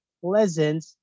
pleasant